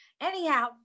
Anyhow